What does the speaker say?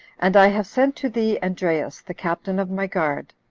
and i have sent to thee andreas, the captain of my guard,